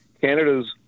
Canada's